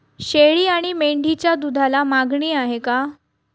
शेळी आणि मेंढीच्या दूधाला मागणी आहे का?